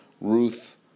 Ruth